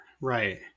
right